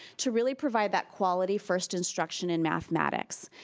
to really provide that quality first instruction in mathematics.